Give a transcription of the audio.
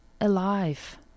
alive